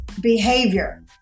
behavior